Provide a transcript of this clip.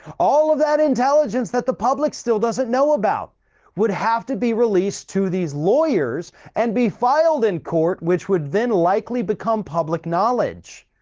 all of that intelligence that the public still doesn't know about would have to be released to these lawyers and be filed in court, which would then likely become public knowledge.